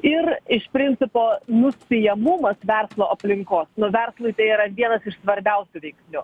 ir iš principo nuspėjamumas verslo aplinkos nu verslui tai yra vienas iš svarbiausių veiksnių